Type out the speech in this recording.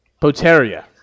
Poteria